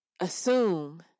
assume